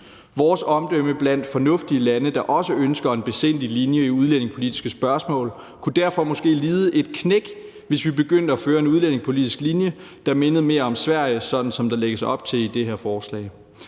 Vores omdømme blandt fornuftige lande, der også ønsker en besindig linje i udlændingepolitiske spørgsmål, kunne derfor måske lide et knæk, hvis vi begyndte at føre en udlændingepolitisk linje, der mindede mere om Sveriges, sådan som der lægges op til i det her forslag.